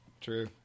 True